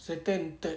second and third